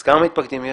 אז כמה מתפקדים יש?